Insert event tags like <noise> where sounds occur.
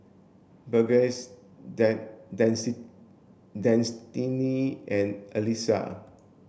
Burgess <unintelligible> Destinee and Alissa